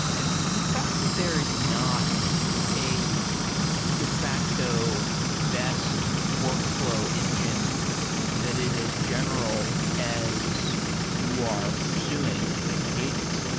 and the fact that there is not a de facto best workflow engine that is as general as you are pursuing with cadence,